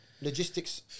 logistics